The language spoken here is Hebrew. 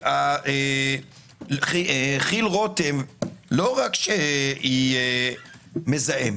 שכי"ל רותם לא רק שהיא מזהמת.